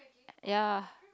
ya